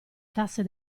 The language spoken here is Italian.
tasse